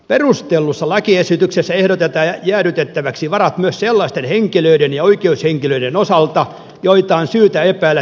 perustellussa lakiesityksessä ehdotetaan jäädytettäväksi varat myös sellaisten henkilöiden ja oikeushenkilöiden osalta joita on syytä epäillä terrorismirikoksesta